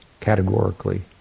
categorically